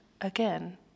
Again